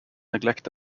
neglect